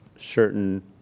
Certain